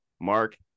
Mark